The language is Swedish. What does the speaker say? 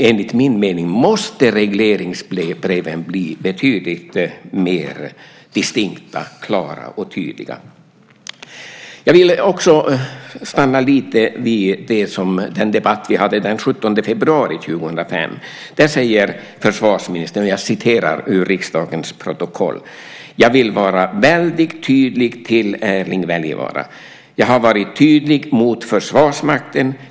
Enligt min mening måste regleringsbreven bli betydligt mer distinkta, klara och tydliga. Jag vill också uppehålla mig lite grann vid den debatt vi hade den 17 februari 2005. Då sade försvarsministern - jag citerar ur riksdagens protokoll: "Jag vill vara väldigt tydlig till Erling Wälivaara. Jag har varit tydlig mot Försvarsmakten.